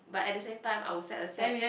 but at the same time I will set aside